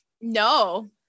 no